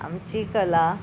आमची कला